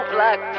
Black